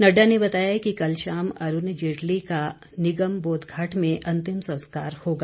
नड़डा ने बताया कि कल शाम अरूण जेटली का निगम बोद्धघाट में अंतिम संस्कार होगा